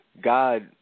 God